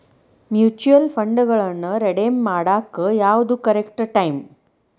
mutual ಫಂಡ್ಗಳನ್ನ redeem ಮಾಡಾಕ ಯಾವ್ದು ಕರೆಕ್ಟ್ ಟೈಮ್